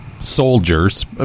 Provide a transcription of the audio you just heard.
Soldiers